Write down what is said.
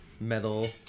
metal